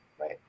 right